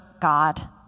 God